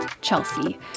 Chelsea